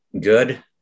Good